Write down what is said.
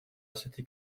ასეთი